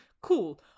Cool